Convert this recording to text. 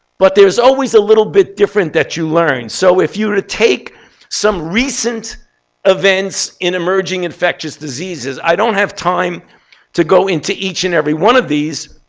but there is always a little bit different that you learn. so if you take some recent events in emerging infectious diseases i don't have time to go into each and every one of these,